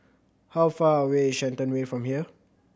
how far away is Shenton Way from here